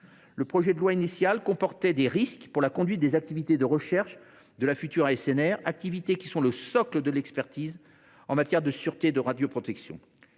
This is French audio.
du projet de loi comportait des risques pour la conduite des activités de recherche de la future ASNR, activités qui sont le socle de l’expertise en matière de sûreté et de radioprotection.